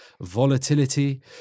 volatility